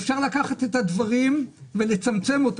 אפשר לקחת את הדברים ולצמצם אותם,